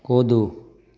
कूदू